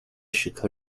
石刻